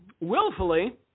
willfully